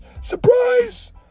surprise